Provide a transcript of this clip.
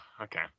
Okay